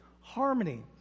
harmony